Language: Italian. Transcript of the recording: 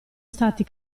stati